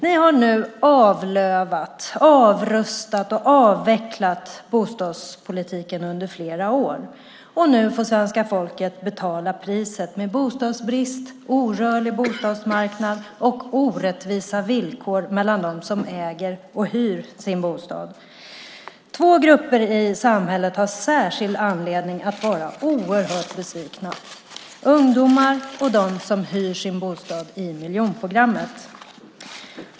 Ni har avlövat, avrustat och avvecklat bostadspolitiken under flera år. Nu får svenska folket betala priset med bostadsbrist, orörlig bostadsmarknad och orättvisa villkor mellan dem som äger och dem som hyr sin bostad. Två grupper i samhället har särskild anledning att vara oerhört besvikna. Det är ungdomar och de som hyr sin bostad i miljonprogrammet.